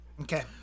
Okay